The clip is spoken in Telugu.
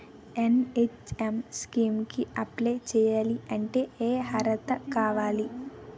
ఎన్.హెచ్.ఎం స్కీమ్ కి అప్లై చేయాలి అంటే ఏ అర్హత కావాలి?